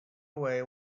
away